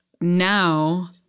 now